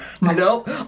Nope